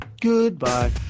Goodbye